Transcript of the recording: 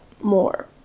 more